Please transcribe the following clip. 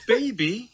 Baby